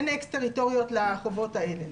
אין אקס טריטוריות לחובות האלה.